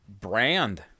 brand